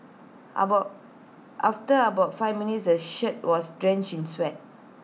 about after about five minutes the shirt was drenched sweat